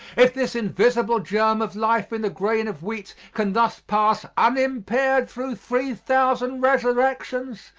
if this invisible germ of life in the grain of wheat can thus pass unimpaired through three thousand resurrections,